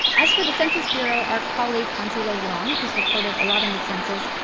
as for the census bureau, our colleague hansi lo wang, who's reported a lot on the census,